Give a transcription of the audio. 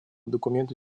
документу